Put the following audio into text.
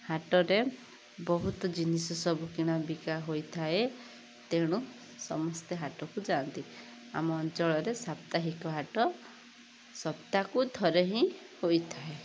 ହାଟରେ ବହୁତ ଜିନିଷ ସବୁ କିଣା ବିକା ହୋଇଥାଏ ତେଣୁ ସମସ୍ତେ ହାଟକୁ ଯାଆନ୍ତି ଆମ ଅଞ୍ଚଳରେ ସାପ୍ତାହିକ ହାଟ ସପ୍ତାହକୁ ଥରେ ହିଁ ହୋଇଥାଏ